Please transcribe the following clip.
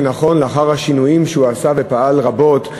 זה נכון לאחר השינויים שהוא עשה ופעל רבות,